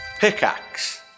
Pickaxe